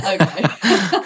Okay